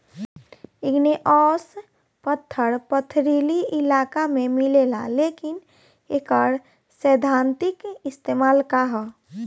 Igneous पत्थर पथरीली इलाका में मिलेला लेकिन एकर सैद्धांतिक इस्तेमाल का ह?